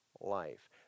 life